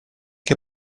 che